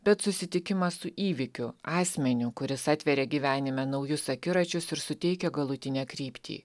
bet susitikimas su įvykiu asmeniu kuris atveria gyvenime naujus akiračius ir suteikia galutinę kryptį